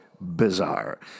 bizarre